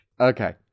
Okay